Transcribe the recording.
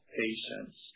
patients